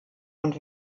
und